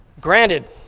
granted